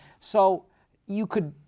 so you could,